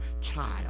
child